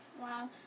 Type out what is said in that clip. Wow